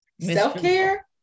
Self-care